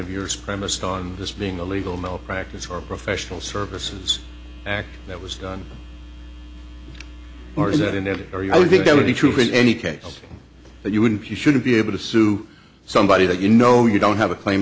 of yours premised on this being a legal malpractise or a professional services act that was done or is that in every area i would think that would be true in any case but you wouldn't you shouldn't be able to sue somebody that you know you don't have a claim